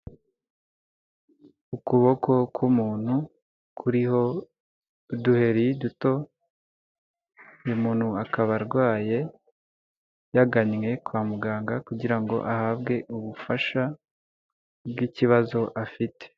Ukuboko k'umuntuntu kuriho uduheri duto, uyu muntu akaba arwaye yagannye kwa muganga kugira ngo ahabwe ubufasha bw'ikibazo afite.